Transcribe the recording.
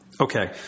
Okay